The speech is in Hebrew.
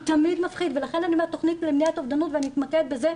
הוא תמיד מפחיד ולכן אני אומרת תכנית למניעת אובדנות ואני אתמקד בזה,